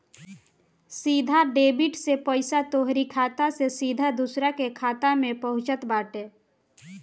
सीधा डेबिट से पईसा तोहरी खाता से सीधा दूसरा के खाता में पहुँचत बाटे